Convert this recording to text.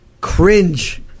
cringe